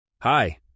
Hi